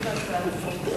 אדוני היושב-ראש,